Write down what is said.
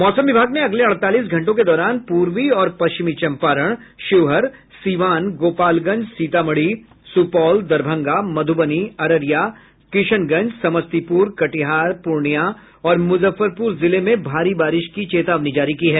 मौसम विभाग ने अगले अड़तालीस घंटों के दौरान पूर्वी और पश्चिमी चंपारण शिवहर सीवान गोपालगंज सीतामढ़ी सुपौल दरभंगा मध्रबनी अररिया किशनगंज समस्तीपुर कटिहार पूर्णिया और मुजफ्फरपुर जिले में भारी बारिश की चेतावनी जारी की है